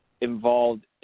involved